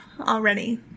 already